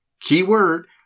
keyword